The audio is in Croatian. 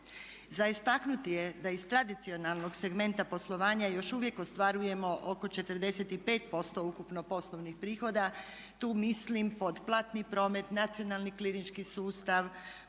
Za istaknuti je da iz tradicionalnog segmenta poslovanja još uvijek ostvarujemo oko 45% ukupno poslovnih prihoda. Tu mislim pod platni promet, nacionalni klinički sustav,